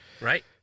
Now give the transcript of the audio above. Right